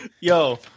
Yo